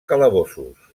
calabossos